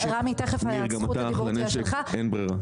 ניר, גם אתה אח לנשק, אין ברירה.